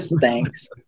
thanks